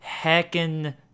heckin